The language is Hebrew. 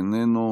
איננו,